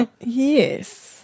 Yes